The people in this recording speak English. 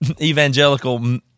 evangelical